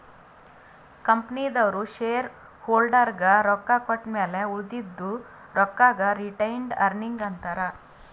ಕಂಪನಿದವ್ರು ಶೇರ್ ಹೋಲ್ಡರ್ಗ ರೊಕ್ಕಾ ಕೊಟ್ಟಮ್ಯಾಲ ಉಳದಿದು ರೊಕ್ಕಾಗ ರಿಟೈನ್ಡ್ ಅರ್ನಿಂಗ್ ಅಂತಾರ